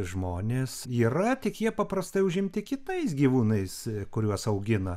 žmonės yra tik jie paprastai užimti kitais gyvūnais kuriuos augina